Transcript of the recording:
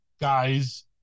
guys